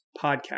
podcast